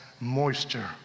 moisture